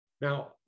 Now